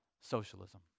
socialism